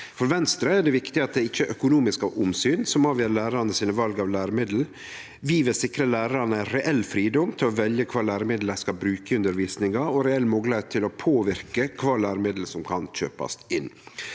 For Venstre er det viktig at det ikkje er økonomiske omsyn som avgjer kva lærarane vel av læremiddel. Vi vil sikre lærarane reell fridom til å velje kva læremiddel dei skal bruke i undervisninga, og reell moglegheit til å påverke kva læremiddel som kan kjøpast inn.